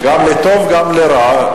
המשפטים, ככה זה כשאתה במשחק, גם לטוב וגם לרע.